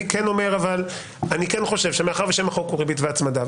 אני כן אומר שאני כן חושב שמאחר ושם החוק הוא ריבית והצמדה,